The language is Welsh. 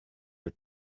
wyt